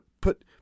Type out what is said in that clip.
put